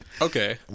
Okay